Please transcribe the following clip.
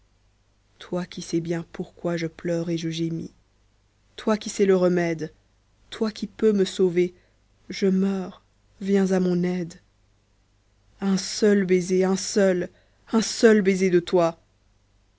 toi qui sais bien pourquoi je pleure et je gémis toi qui sais le remède toi qui peux me sauver je meurs viens à mon aide un seul baiser un seul un seul baiser de toi